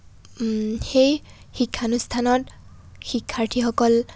সেই শিক্ষা অনুষ্ঠানত শিক্ষাৰ্থীসকল